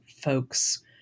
folks